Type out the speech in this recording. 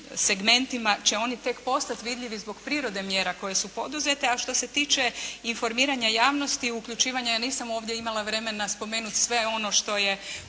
segmentima će oni tek postati vidljivi zbog prirode mjera koje su poduzete, a što se tiče informiranja javnosti i uključivanja ja nisam ovdje imala vremena spomenuti sve ono što je